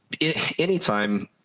anytime